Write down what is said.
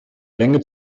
länge